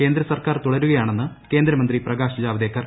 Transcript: കേന്ദ്ര സർക്കാർ തുടരുകയാണ്ണെന്ന് കേന്ദ്രമന്ത്രി പ്രകാശ് ജാവദേക്കർ